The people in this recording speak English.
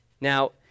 Now